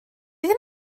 ddim